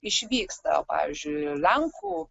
išvyksta pavyzdžiui lenkų